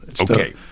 Okay